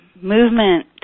movement